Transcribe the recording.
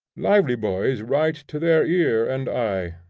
lively boys write to their ear and eye,